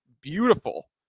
beautiful